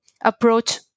approach